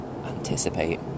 anticipate